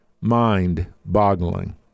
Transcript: mind-boggling